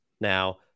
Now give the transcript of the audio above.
Now